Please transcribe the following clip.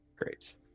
Great